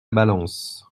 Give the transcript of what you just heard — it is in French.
balance